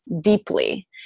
deeply